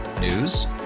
News